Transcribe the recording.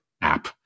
app